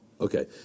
Okay